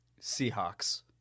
Seahawks